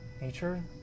nature